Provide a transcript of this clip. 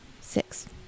six